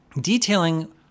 detailing